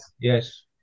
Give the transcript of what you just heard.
Yes